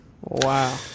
Wow